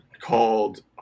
called